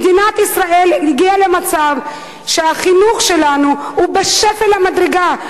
מדינת ישראל הגיעה למצב שהחינוך שלנו הוא בשפל המדרגה.